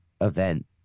event